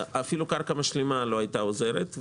אפילו קרקע משלימה לא היתה עוזרת,